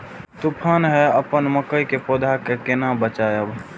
तुफान है अपन मकई के पौधा के केना बचायब?